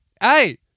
Hey